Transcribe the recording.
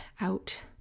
out